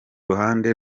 ruhande